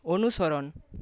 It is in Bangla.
অনুসরণ